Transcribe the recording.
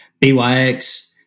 BYX